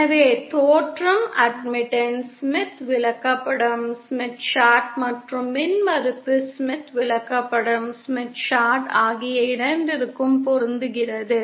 எனவே தோற்றம் admittance Smith விளக்கப்படம் மற்றும் மின்மறுப்பு ஸ்மித் விளக்கப்படம் ஆகிய இரண்டிற்கும் பொருந்துகிறது